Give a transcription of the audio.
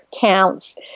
counts